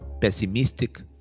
pessimistic